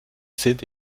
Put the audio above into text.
sind